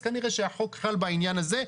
אז כנראה שהחוק חל בעניין הזה,